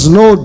no